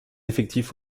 effectifs